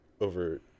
over